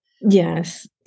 Yes